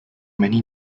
many